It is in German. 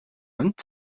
und